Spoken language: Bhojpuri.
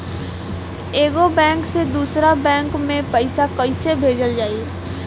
एगो बैक से दूसरा बैक मे पैसा कइसे भेजल जाई?